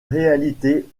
réalité